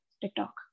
TikTok